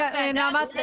נעמה.